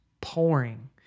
pouring